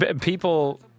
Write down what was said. people